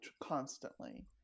constantly